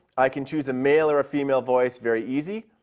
i can choose a male or a female voice, very easy.